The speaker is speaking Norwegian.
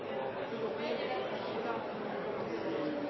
presidenten